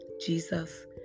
Jesus